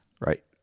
Right